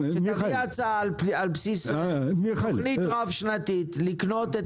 שתביא הצעה על בסיס תכנית רב-שנתית לקנות את